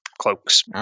cloaks